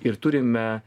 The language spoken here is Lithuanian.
ir turime